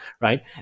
right